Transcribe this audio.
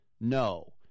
No